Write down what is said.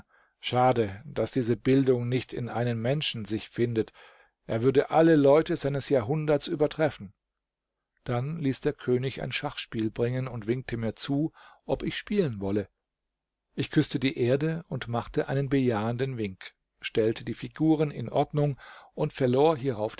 schade daß diese bildung nicht in einem menschen sich findet er würde alle leute seines jahrhunderts übertreffen dann ließ der könig ein schachspiel bringen und winkte mir zu ob ich spielen wolle ich küßte die erde und machte einen bejahenden wink stellte die figuren in ordnung und verlor hierauf